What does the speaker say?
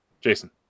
jason